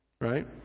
Right